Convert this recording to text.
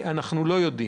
את זה אנחנו לא יודעים.